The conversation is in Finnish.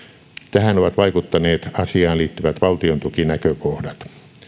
tähän ovat vaikuttaneet asiaan liittyvät valtiontukinäkökohdat